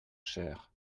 cher